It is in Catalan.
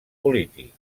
polític